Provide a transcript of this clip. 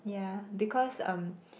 y because um